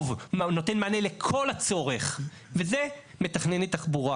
טוב, נותן מענה לכל הצורך, וזה מתכנני תחבורה